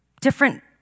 different